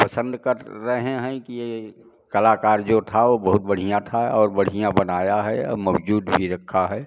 पसंद कर रहे हैं कि ये कलाकार जो था वो बहुत बढ़िया था और बढ़ियाँ बनाया है और मजबूत भी रखा है